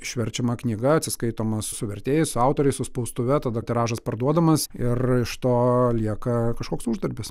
išverčiama knyga atsiskaitoma su su vertėjais su autoriais su spaustuve tada tiražas parduodamas ir iš to lieka kažkoks uždarbis